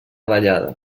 vallada